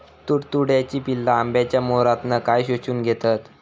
तुडतुड्याची पिल्ला आंब्याच्या मोहरातना काय शोशून घेतत?